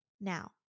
Now